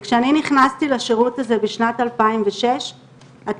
כשאני נכנסתי לשירות הזה בשנת 2006 התקציב